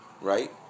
Right